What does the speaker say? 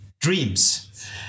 dreams